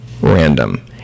random